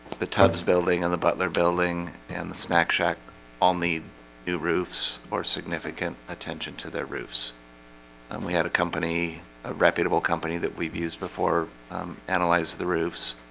the tugs building and the butler building and the snack shack on the new roofs or significant attention to their roofs and we had a company a reputable company that we've used before analyzed the roofs